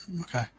Okay